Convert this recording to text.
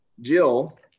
Jill